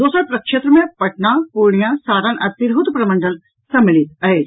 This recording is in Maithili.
दोसर प्रक्षेत्र मे पटना पूर्णिया सारण आ तिरहुत प्रमंडल सम्मिलित अछि